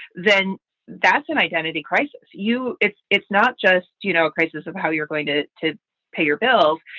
then that's an identity crisis. you it's it's not just you know a crisis of how you're going to to pay your bills.